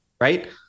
right